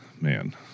man